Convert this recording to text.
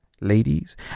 ladies